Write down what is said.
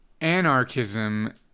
anarchism